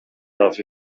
darf